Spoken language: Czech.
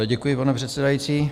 Děkuji, pane předsedající.